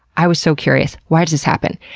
i was so curious. why does this happen?